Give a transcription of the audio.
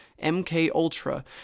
MKUltra